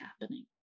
happening